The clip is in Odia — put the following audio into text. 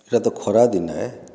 ଏଇଟା ତ ଖରାଦିନ୍ ହେ